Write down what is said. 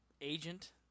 agent